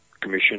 Commission